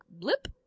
blip